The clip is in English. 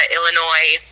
Illinois